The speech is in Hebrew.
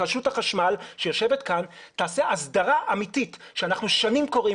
רשות החשמל שיושבת כאן תעשה אסדרה אמיתית שאנחנו שנים קוראים